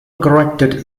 corrected